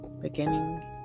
beginning